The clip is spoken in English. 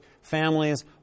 families